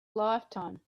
lifetime